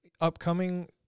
Upcoming